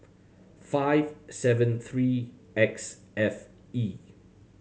five seven three X F E